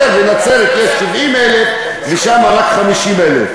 כאשר בנצרת יש, 70,000, ושם רק 50,000,